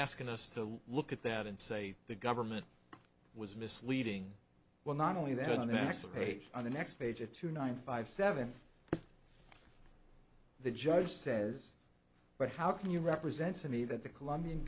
asking us to look at that and say the government was misleading well not only then the next page on the next page of two nine five seven the judge says but how can you represent to me that the colombian